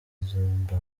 zimbabwe